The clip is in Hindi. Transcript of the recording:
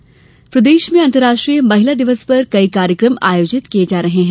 महिला दिवस प्रदेश प्रदेश में अंतर्राष्ट्रीय महिला दिवस पर कई कार्यक्रम आयोजित किये जा रहे हैं